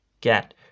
get